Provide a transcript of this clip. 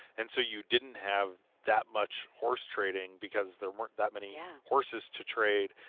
and so you didn't have that much horsetrading because there weren't that many yeah horses to trade.